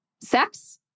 sex